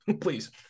please